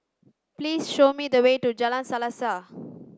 please show me the way to Jalan Selaseh